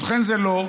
ובכן, זה לא,